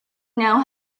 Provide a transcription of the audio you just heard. know